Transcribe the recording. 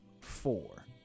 four